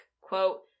Quote